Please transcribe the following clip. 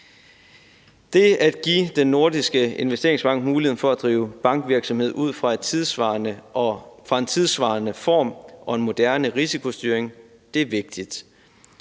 Det at give Den Nordiske Investeringsbank mulighed for at drive bankvirksomhed ud fra en tidssvarende form og en moderne risikostyring er vigtigt.